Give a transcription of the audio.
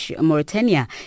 Mauritania